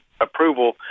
approval